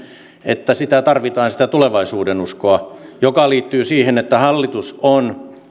että tarvitaan sitä tulevaisuudenuskoa joka liittyy siihen että hallitus on